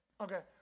Okay